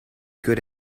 good